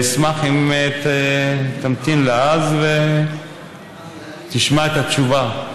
אשמח אם תמתין לה אז ותשמע את התשובה,